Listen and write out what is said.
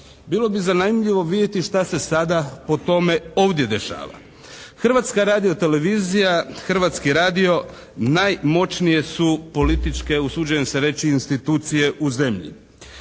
Bilo bi zanimljivo vidjeti šta se sada po tome ovdje dešava. Hrvatska radio-televizija, Hrvatski radio najmoćnije su političke usuđujem se reći institucije u zemlji.